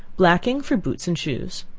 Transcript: blacking for boots and shoes.